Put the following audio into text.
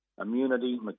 Immunity